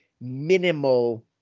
minimal